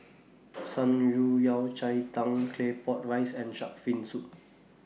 Shan Rui Yao Cai Tang Claypot Rice and Shark's Fin Soup